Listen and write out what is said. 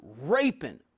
raping